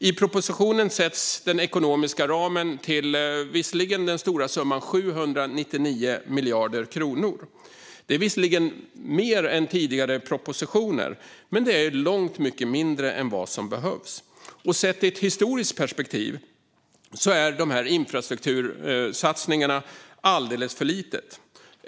I propositionen sätts den ekonomiska ramen till 799 miljarder kronor. Det är visserligen en stor summa och mer än i tidigare propositioner, men det är långt mycket mindre än vad som behövs. Sett i ett historiskt perspektiv är de här infrastruktursatsningarna alldeles för små.